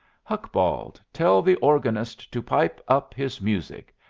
hucbald, tell the organist to pipe up his music.